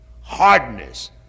Hardness